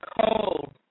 cold